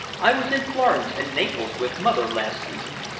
i was in florence and naples with mother last season.